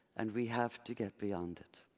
and we have to get beyond it.